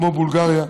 כמו בבולגריה,